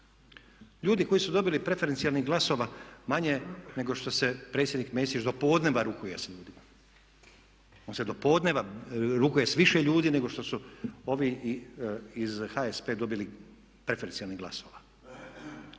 Ljudi koji su dobili preferencijalnih glasova manje nego što se predsjednik Mesić do podnevna rukuje sa ljudima. On se do podneva rukuje sa više ljudi nego što su ovi iz HSP dobili preferencijalnih glasova.